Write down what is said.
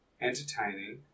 entertaining